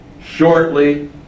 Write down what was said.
shortly